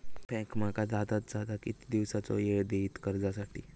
Bank माका जादात जादा किती दिवसाचो येळ देयीत कर्जासाठी?